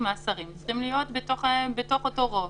מהשרים צריכים להיות בתוך אותו רוב.